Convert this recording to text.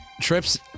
Trips